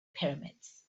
pyramids